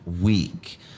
week